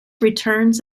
returns